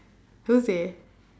who say